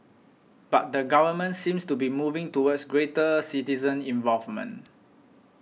but the government seems to be moving towards greater citizen involvement